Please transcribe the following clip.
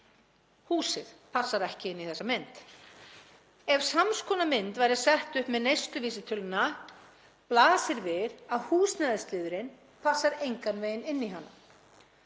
húsið passar ekki inn í þessa mynd. Ef sams konar mynd væri sett upp með neysluvísitöluna blasir við að húsnæðisliðurinn passar engan veginn inn í hana.